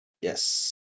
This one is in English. Yes